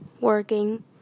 working